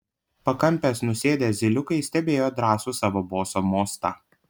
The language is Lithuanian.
pakampes nusėdę zyliukai stebėjo drąsų savo boso mostą